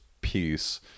piece